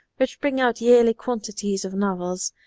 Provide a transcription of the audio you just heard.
which bring out yearly quantities of novels,